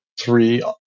three